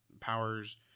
powers